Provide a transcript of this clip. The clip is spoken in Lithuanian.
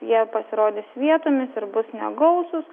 jie pasirodys vietomis ir bus negausūs